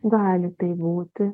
gali taip būti